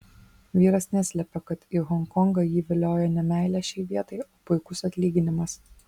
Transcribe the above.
vyras neslepia kad į honkongą jį vilioja ne meilė šiai vietai o puikus atlyginimas